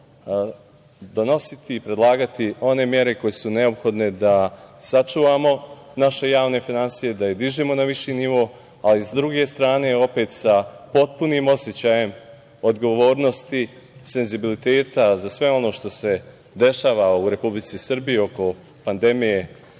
donositi i predlagati one mere koje su neophodne da sačuvamo naše javne finansije, da ih dižemo na viši nivo.S druge strane, opet sa potpunim osećajem odgovornosti, senzibiliteta za sve ono što se dešava u Republici Srbiji oko pandemije